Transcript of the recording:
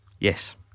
Yes